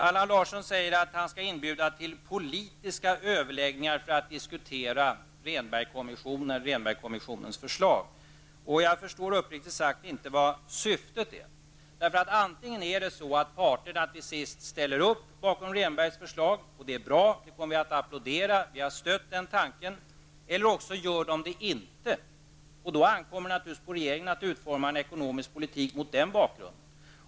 Allan Larsson säger att han skall inbjuda till politiska överläggningar för att få en diskussion om Rehnbergkommissionen och dess förslag. Jag förstår, uppriktigt sagt, inte vad syftet är. Antingen sluter ju parterna till sist upp bakom Rehnbergs förslag -- det vore bra och det skulle vi applådera, för vi har stött den tanken -- eller också gör de inte det. Då ankommer det naturligtvis på regeringen att utforma en ekonomisk politik mot den bakgrunden.